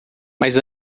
mas